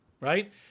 right